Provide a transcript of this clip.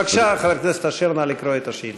בבקשה, חבר הכנסת אשר, נא לקרוא את השאילתה.